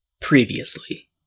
Previously